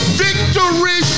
victory